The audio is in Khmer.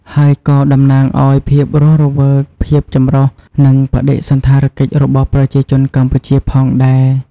ហើយក៏តំណាងឱ្យភាពរស់រវើក ភាពចម្រុះ និងបដិសណ្ឋារកិច្ចរបស់ប្រជាជនកម្ពុជាផងដែរ។